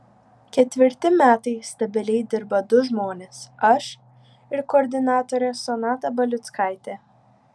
ketvirti metai stabiliai dirba du žmonės aš ir koordinatorė sonata baliuckaitė